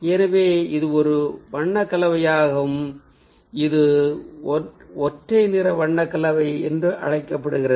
எனவே இது ஒரு வண்ண கலவையாகும் இது ஒற்றை நிற வண்ண கலவை என்று அழைக்கப்படுகிறது